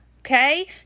Okay